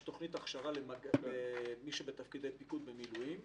תוכנית הכשרה למי שבתפקידי פיקוד במילואים.